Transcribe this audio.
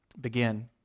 begin